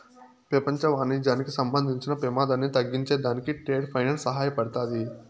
పెపంచ వాణిజ్యానికి సంబంధించిన పెమాదాన్ని తగ్గించే దానికి ట్రేడ్ ఫైనాన్స్ సహాయపడతాది